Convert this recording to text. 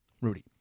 Rudy